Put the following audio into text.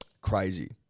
Crazy